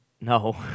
No